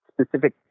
specific